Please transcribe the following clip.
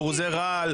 "חרוזי רעל",